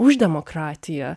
už demokratiją